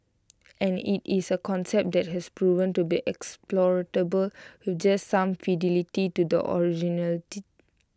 and IT is A concept that has proven to be exportable with just some fidelity to the original